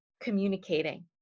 communicating